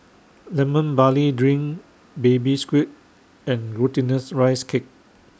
Lemon Barley Drink Baby Squid and Glutinous Rice Cake